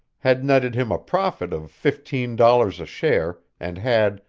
had netted him a profit of fifteen dollars a share, and had,